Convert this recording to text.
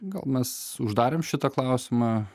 gal mes uždarėm šitą klausimą